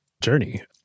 journey